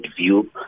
view